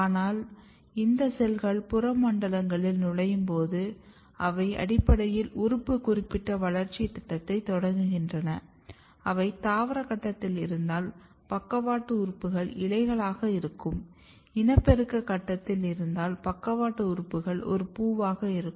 ஆனால் இந்த செல்கள் புற மண்டலங்களில் நுழையும் போது அவை அடிப்படையில் உறுப்பு குறிப்பிட்ட வளர்ச்சித் திட்டத்தைத் தொடங்குகின்றன அவை தாவர கட்டத்தில் இருந்தால் பக்கவாட்டு உறுப்புகள் இலைகளாக இருக்கும் இனப்பெருக்க கட்டத்தில் இருந்தால் பக்கவாட்டு உறுப்புகள் ஒரு பூவாக இருக்கும்